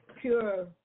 pure